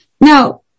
Now